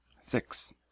six